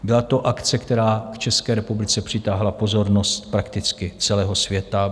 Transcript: Byla to akce, která k České republice přitáhla pozornost prakticky celého světa.